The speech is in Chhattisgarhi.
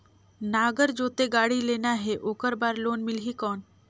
नागर जोते गाड़ी लेना हे ओकर बार लोन मिलही कौन?